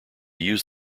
use